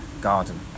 garden